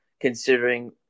considering